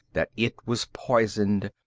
that it was poisoned,